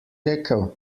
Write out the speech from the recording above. rekel